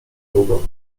długo